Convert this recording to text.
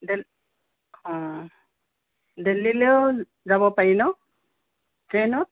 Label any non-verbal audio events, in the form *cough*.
*unintelligible* অঁ দিল্লীলেও যাব পাৰি ন ট্ৰেইনত